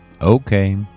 Okay